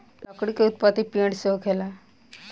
लकड़ी के उत्पति पेड़ से होखेला